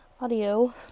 Audio